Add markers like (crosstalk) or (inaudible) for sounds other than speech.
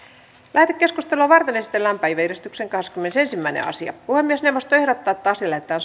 lähetekeskustelua varten esitellään päiväjärjestyksen kahdeskymmenesensimmäinen asia puhemiesneuvosto ehdottaa että asia lähetetään (unintelligible)